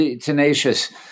tenacious